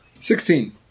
Sixteen